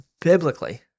biblically